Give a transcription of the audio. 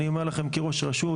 אני אומר לכם כראש רשות,